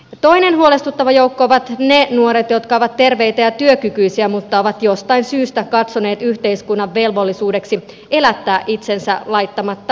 toinen huolestuttava joukko ovat ne nuoret jotka ovat terveitä ja työkykyisiä mutta ovat jostain syystä katsoneet yhteiskunnan velvollisuudeksi elättää itsensä laittamatta tikkua ristiin